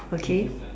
okay